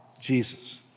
Jesus